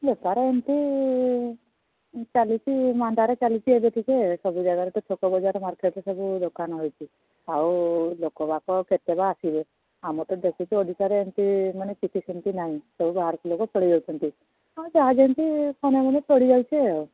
ବେପାର ଏମତି ଚାଲିଛି ମାନ୍ଦାରେ ଚାଲିଛି ଏବେ ଟିକିଏ ସବୁ ଜାଗାରେ ତ ଛୋଟ ବଜାର ମାର୍କେଟ୍ରେ ସବୁ ଦୋକାନ ରହିଛି ଆଉ ଲୋକବାକ କେତେବା ଆସିବେ ଆମର ତ ଦେଖୁଛ ଓଡ଼ିଶାରେ କିଛି ସେମିତି ନାହିଁ ସବୁ ବାହାରକୁ ଲୋକ ପଳାଇଯାଉଛନ୍ତି ହଁ ଯାହା ଯେମିତି ଖଣ୍ଡେ ମଣ୍ଡେ ପଡ଼ିଯାଉଛେ ଆଉ